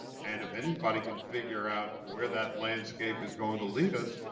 and if anybody can figure out where that landscape is going to lead us,